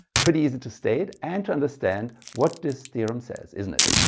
pretty easy to state and to understand what this theorem says, isn't it?